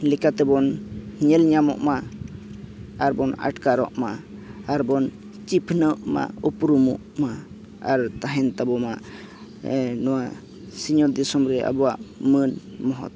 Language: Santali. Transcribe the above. ᱞᱮᱠᱟ ᱛᱮᱵᱚᱱ ᱧᱮᱞ ᱧᱟᱢᱚᱜᱢᱟ ᱟᱨ ᱵᱚᱱ ᱟᱴᱠᱟᱨᱚᱜ ᱢᱟ ᱟᱨ ᱵᱚᱱ ᱪᱤᱯᱤᱱᱟᱹᱜᱢᱟ ᱩᱯᱨᱩᱢᱚᱜᱢᱟ ᱟᱨ ᱛᱟᱦᱮᱱ ᱛᱟᱵᱚᱢᱟ ᱱᱚᱣᱟ ᱥᱤᱧ ᱚᱛᱚ ᱫᱤᱥᱚᱢ ᱨᱮ ᱟᱵᱚᱣᱟᱜ ᱢᱟᱹᱱ ᱢᱚᱦᱚᱛ